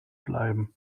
bleiben